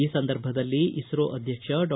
ಈ ಸಂದರ್ಭದಲ್ಲಿ ಇಸ್ತೋ ಅಧ್ಯಕ್ಷ ಡಾ